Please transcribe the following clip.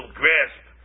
grasp